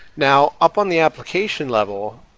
now up on the application level,